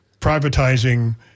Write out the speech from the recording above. privatizing